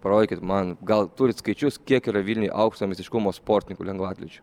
parodykit man gal turit skaičius kiek yra vilniuj aukšto meistriškumo sportininkų lengvaatlečių